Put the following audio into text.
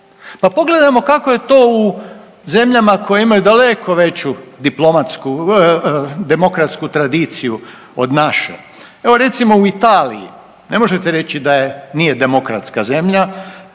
Pa pogledajmo kako je to u zemljama koje imaju daleko veću diplomatsku, demokratsku tradiciju od naše. Evo recimo u Italiji, ne možete reći da nije demokratska zemlja